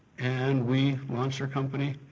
and we launched our company.